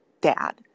dad